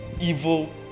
Evil